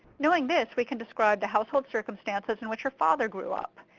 knowing this, we can describe the household circumstances in which her father grew up.